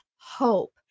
hope